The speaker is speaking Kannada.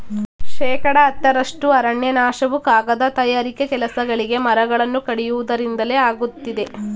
ಶೇಕಡ ಹತ್ತರಷ್ಟು ಅರಣ್ಯನಾಶವು ಕಾಗದ ತಯಾರಿಕೆ ಕೆಲಸಗಳಿಗೆ ಮರಗಳನ್ನು ಕಡಿಯುವುದರಿಂದಲೇ ಆಗುತ್ತಿದೆ